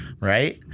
Right